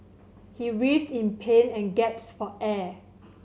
he writhed in pain and gasped for air